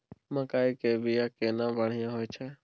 मकई के बीया केना बढ़िया होय छै?